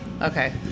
Okay